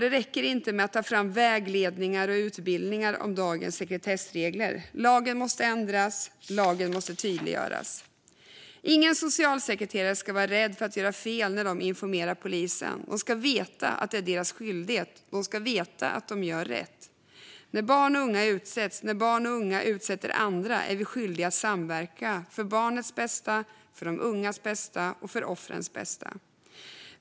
Det räcker inte med att ta fram vägledningar och utbildningar om dagens sekretessregler. Lagen måste ändras, och lagen måste tydliggöras. Ingen socialsekreterare ska vara rädd för att göra fel när de informerar polisen. De ska veta att det är deras skyldighet, och de ska veta att de gör rätt. När barn och unga utsätts och när barn och unga utsätter andra är vi skyldiga att samverka - för barnens bästa, för de ungas bästa och för offrens bästa.